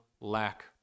lack